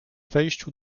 wejściu